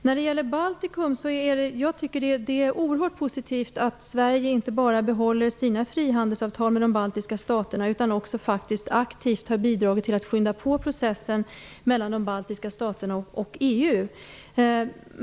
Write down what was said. När det gäller Baltikum tycker jag att det är oerhört positivt att Sverige inte bara behåller sina frihandelsavtal med de baltiska staterna, utan också faktiskt aktivt har bidragit till att skynda på processen mellan de baltiska staterna och EU.